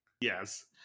Yes